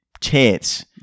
chance